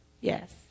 Yes